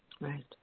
Right